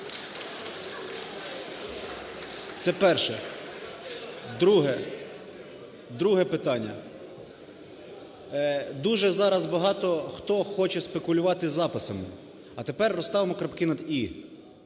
Це перше. Друге. Друге питання. Дуже зараз багато, хто хоче спекулювати записами. А тепер розставимо крапки на "і".